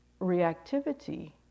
Reactivity